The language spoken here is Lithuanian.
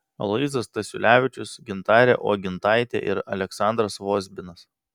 aloyzas stasiulevičius gintarė uogintaitė ir aleksandras vozbinas